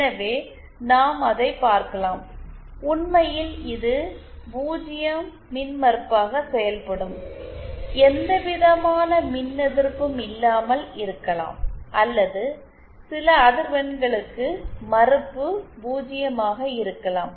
எனவே நாம் அதைப் பார்க்கலாம் உண்மையில் இது 0 மின்மறுப்பாக செயல்படும் எந்தவிதமான மின்எதிர்ப்பும் இல்லாமல் இருக்கலாம் அல்லது சில அதிர்வெண்களுக்கு மறுப்பு 0 ஆக இருக்கலாம்